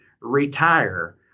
retire